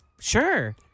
sure